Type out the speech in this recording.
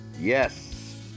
Yes